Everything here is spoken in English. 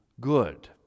good